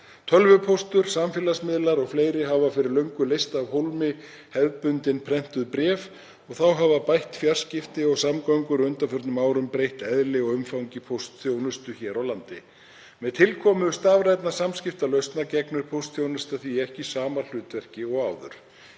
Tölvupóstur, samfélagsmiðlar o.fl. hafa fyrir löngu leyst af hólmi hefðbundin prentuð bréf. Þá hafa bætt fjarskipti og samgöngur á undanförnum árum breytt eðli og umfangi póstþjónustu hér á landi. Með tilkomu stafrænna samskiptalausna gegnir póstþjónusta því ekki sama hlutverki og áður.